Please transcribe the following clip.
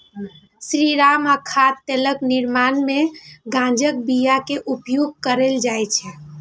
serum आ खाद्य तेलक निर्माण मे गांजाक बिया के उपयोग कैल जाइ छै